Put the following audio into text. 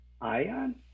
Ion